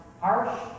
harsh